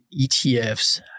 ETFs